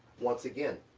once again,